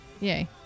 Yay